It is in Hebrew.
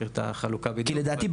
כי לדעתי,